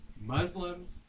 Muslims